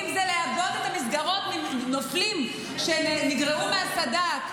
אם זה לעבות את המסגרות מנופלים שנגרעו מהסד"כ.